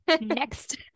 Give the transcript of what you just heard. next